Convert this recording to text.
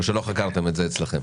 או שלא חקרתם את זה אצלכם?